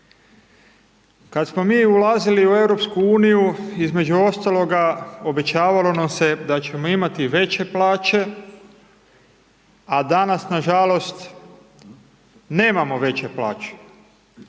Kad smo mi ulazili u EU između ostaloga obećavalo nam se da ćemo imati veće plaće, a danas nažalost nemamo veće plaće,